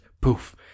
Poof